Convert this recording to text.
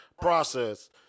process